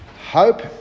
Hope